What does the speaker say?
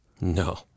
no